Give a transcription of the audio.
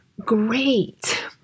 Great